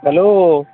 hello